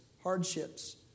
hardships